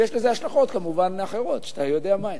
ויש לזה השלכות, כמובן, אחרות, שאתה יודע מה הן.